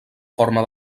forma